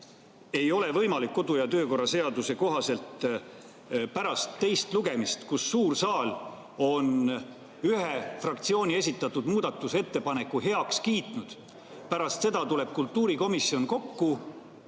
ei ole võimalik kodu- ja töökorra seaduse kohaselt pärast teist lugemist, kus suur saal on ühe fraktsiooni esitatud muudatusettepaneku heaks kiitnud, [enam muuta]. Aga pärast seda tuleb kultuurikomisjon kokku,